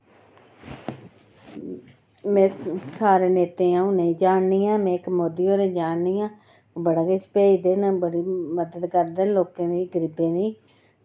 में सारें नेताएं गी नेई जाननी आं में सिर्फ मोदी होरें गी जाननी आं बड़ा किश भेजदे न ते बड़ी मदद करदे न लोकें दी गरीबें दी